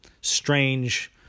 strange